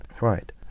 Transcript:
Right